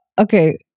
okay